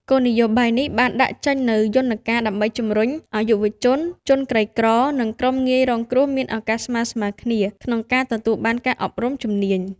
គោលនយោបាយនេះបានដាក់ចេញនូវយន្តការដើម្បីជំរុញឱ្យយុវជន ជនក្រីក្រ និងក្រុមងាយរងគ្រោះមានឱកាសស្មើៗគ្នា ក្នុងការទទួលបានការអប់រំជំនាញ។